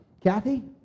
Kathy